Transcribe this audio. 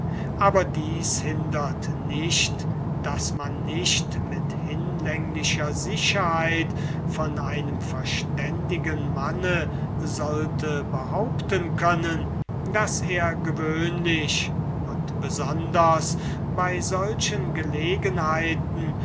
aber dies hindert nicht daß man nicht mit hinlänglicher sicherheit von einem verständigen manne sollte behaupten können daß er gewöhnlich und besonders in solchen gelegenheiten